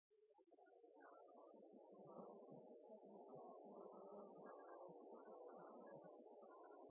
er det